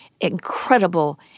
incredible